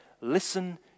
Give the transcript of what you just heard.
listen